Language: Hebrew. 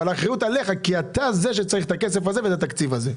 אבל האחריות עליך כי אתה זה שצריך את הכסף הזה ואת התקציב הזה.